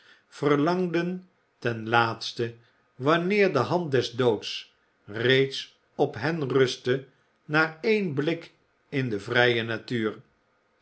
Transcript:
verlangden ten laatste wanneer de hand des doods reeds op hen rustte naar één blik in de vrije natuur